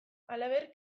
halaber